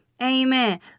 Amen